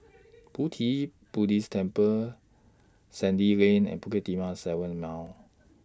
Pu Ti Buddhist Temple Sandy Lane and Bukit Timah seven Mile